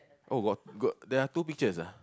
oh got got there are two pictures ah